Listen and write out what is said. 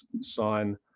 sign